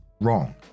wrong